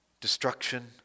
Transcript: destruction